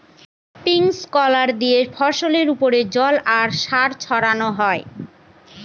sprinkler দিয়ে ফসলের ওপর জল আর সার ছড়ানো হয়